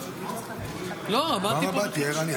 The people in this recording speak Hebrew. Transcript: --- לא, עמדתי פה וחיכיתי.